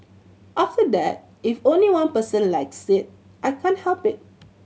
after that if only one person likes it I can't help it